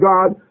God